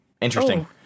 Interesting